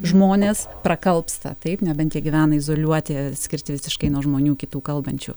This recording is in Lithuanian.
žmonės prakalbsta taip nebent jie gyvena izoliuoti atskirti visiškai nuo žmonių kitų kalbančių